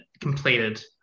completed